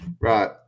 Right